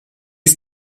ist